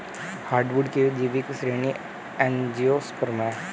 hardwood की जैविक श्रेणी एंजियोस्पर्म है